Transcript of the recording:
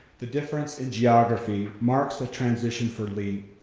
the difference in geography marks a transition for lee.